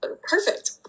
Perfect